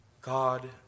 God